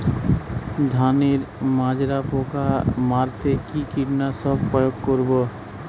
ধানের মাজরা পোকা মারতে কি কীটনাশক প্রয়োগ করব?